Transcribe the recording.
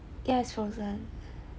ya it's frozen